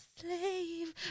slave